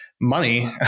money